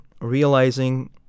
realizing